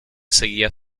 seguía